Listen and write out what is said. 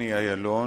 דני אילון.